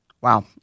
Wow